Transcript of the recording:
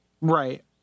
Right